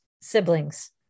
siblings